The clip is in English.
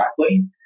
correctly